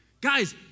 Guys